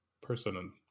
person